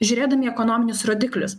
žiūrėdami į ekonominius rodiklius